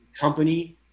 company